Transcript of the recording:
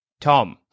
Tom